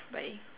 bye